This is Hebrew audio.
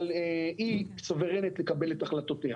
אבל היא סוברנית לקבל את החלטותיה.